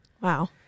Wow